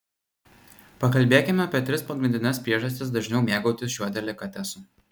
pakalbėkime apie tris pagrindines priežastis dažniau mėgautis šiuo delikatesu